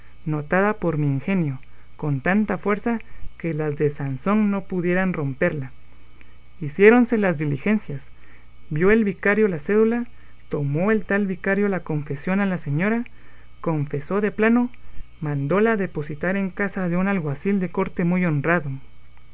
notada por mi ingenio con tanta fuerza que las de sansón no pudieran romperla hiciéronse las diligencias vio el vicario la cédula tomó el tal vicario la confesión a la señora confesó de plano mandóla depositar en casa de un alguacil de corte muy honrado